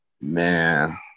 Man